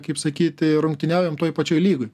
kaip sakyti rungtyniaujam toj pačioj lygoj